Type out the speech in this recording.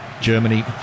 Germany